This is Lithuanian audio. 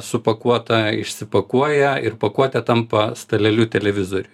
supakuotą išsipakuoja ir pakuotė tampa staleliu televizoriui